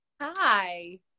Hi